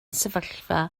sefyllfa